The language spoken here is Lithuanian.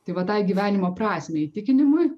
tai va tai gyvenimo prasmei įtikinimui